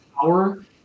power